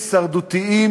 הישרדותיים,